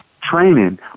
training